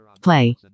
Play